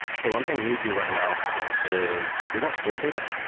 so one thing we do right now is we don't store data,